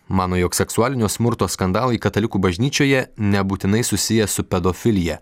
mano jog seksualinio smurto skandalai katalikų bažnyčioje nebūtinai susiję su pedofilija